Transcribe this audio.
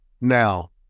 Now